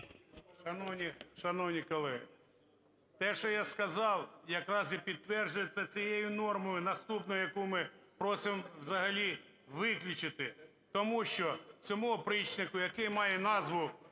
Шановні колеги, те, що я сказав, якраз і підтверджується цією нормою наступною, яку ми просимо взагалі виключити. Тому що цьому опричнику, який має назву